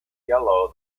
yellow